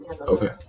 okay